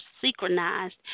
synchronized